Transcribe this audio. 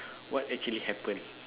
what actually happened